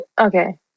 Okay